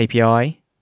API